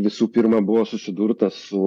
visų pirma buvo susidurta su